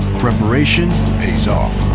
preparation pays off.